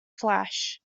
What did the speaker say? flash